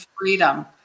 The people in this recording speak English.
freedom